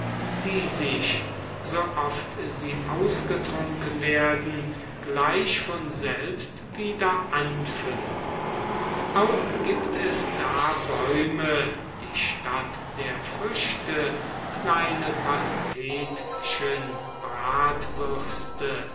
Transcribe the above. die sich so oft sie ausgetrunken werden gleich von selbst wieder anfüllen auch gibt es da bäume die statt der früchte kleine pastetchen